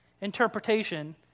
interpretation